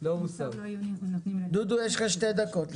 דודו, יש לך שתי דקות לסיים.